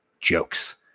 jokes